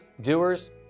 doers